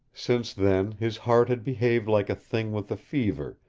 since then his heart had behaved like a thing with the fever,